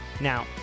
Now